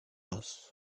moss